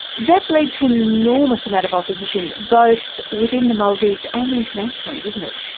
that led to an enormous amount of opposition both within the maldives and internationally, didn't it?